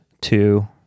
two